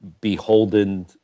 beholden